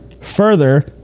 Further